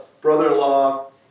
brother-in-law